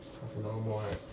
half an hour more right